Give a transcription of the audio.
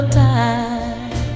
time